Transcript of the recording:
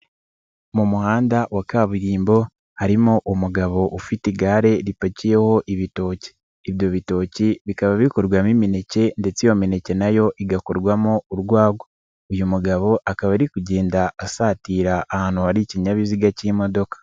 Mu muhanda wa kaburimbo harimo umugabo ufite igare ripakiyeho ibitoki, ibyo bitoki bikaba bikorwamo imineke ndetse iyo mineke na yo igakorwamo urwagwa, uyu mugabo akaba ari kugenda asatira ahantu hari ikinyabiziga k'imodoka.